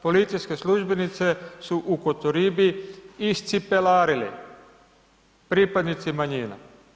Policijske službenice su u Kotoribi iscipelarili pripadnici manjina.